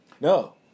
No